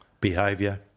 behaviour